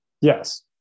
Yes